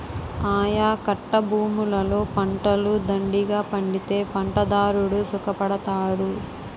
ఆయకట్టభూములలో పంటలు దండిగా పండితే పంటదారుడు సుఖపడతారు